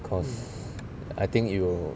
because I think it will